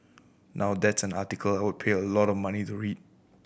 now that's an article I would pay a lot of money to read